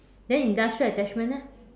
then industrial attachments leh